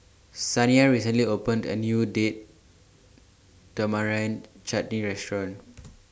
Shaniya recently opened A New Date Tamarind Chutney Restaurant